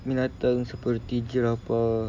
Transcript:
binatang seperti zirafah